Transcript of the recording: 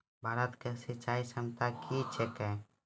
भारत की सिंचाई क्षमता क्या हैं?